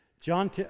John